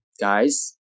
guys